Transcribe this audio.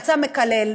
יצא מקלל.